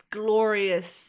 glorious